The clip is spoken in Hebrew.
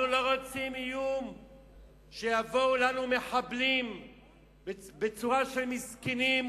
אנחנו לא רוצים איום שיבואו לנו מחבלים בצורה של מסכנים,